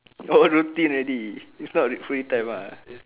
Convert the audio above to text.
oh routine already which part of it free time ah